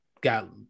got